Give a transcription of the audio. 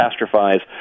catastrophize